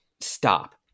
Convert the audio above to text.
stop